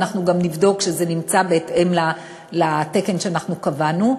אנחנו גם נבדוק שזה נמצא בהתאם לתקן שאנחנו קבענו.